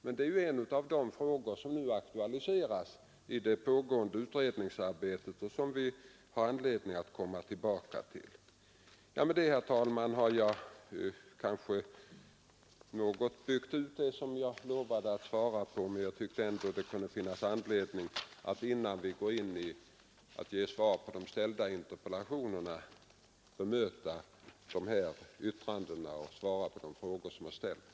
Detta är dock en av de frågor som aktualiseras i det pågående utredningsarbetet och som vi får anledning att komma tillbaka till. Med detta, herr talman, har jag kanske något byggt ut det svar som jag lovade att ge. Jag tyckte det kunde finnas anledning att, innan jag ger svar på de framställda interpellationerna, bemöta de tidigare yttrandena och svara på de frågor som hade ställts.